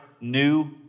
new